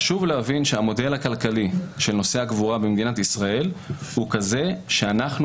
חשוב להבין שהמודל הכלכלי של נושא הקבורה במדינת ישראל הוא כזה שאנחנו,